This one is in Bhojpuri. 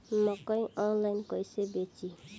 मकई आनलाइन कइसे बेची?